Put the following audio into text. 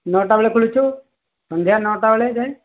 ନଅଟା ବେଳେ ଖୋଲୁଛୁ ସନ୍ଧ୍ୟା ନଅଟା ବେଳ ଯାଏଁ